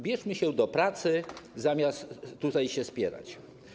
Bierzmy się do pracy, zamiast tutaj się spierać.